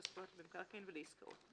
לזכויות במקרקעין ולעסקאות.